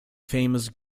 famous